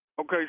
Okay